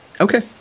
Okay